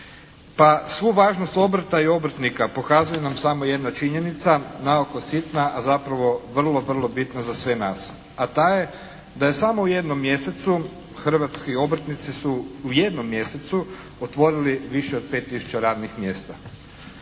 Pa svu važnost obrta i obrtnika pokazuje nam samo jedna činjenica naoko sitna, a zapravo vrlo, vrlo bitna za sve nas. A ta je da je samo u jednom mjesecu hrvatski obrtnici su u jednom mjesecu otvorili više od 5 tisuća radnih mjesta.